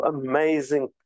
amazing